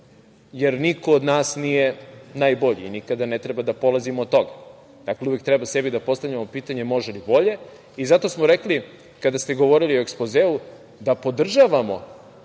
jer niko od nas nije najbolji i nikada ne treba da polazimo od toga. Dakle, uvek treba sebi da postavljamo pitanje može li bolje. Zato smo rekli, kada ste govorili o ekspozeu, da podržavamo